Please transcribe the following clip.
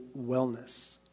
wellness